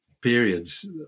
periods